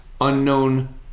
unknown